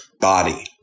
body